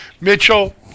Mitchell